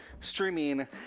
streaming